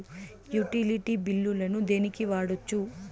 Utility బిల్లులను దేనికి వాడొచ్చు?